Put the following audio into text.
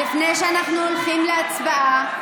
לפני שאנחנו הולכים להצבעה,